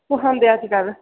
कुहैं होंदे अज्जकल